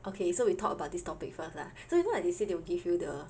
okay so we talk about this topic first lah so you know right they say they will give you the